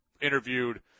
interviewed